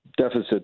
deficit